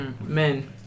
men